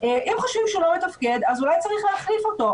אם חושבים שהוא לא מתפקד אז אולי צריך להחליף אותו,